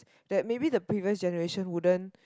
that maybe the previous generation wouldn't